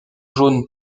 jaune